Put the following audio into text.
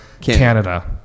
Canada